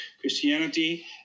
Christianity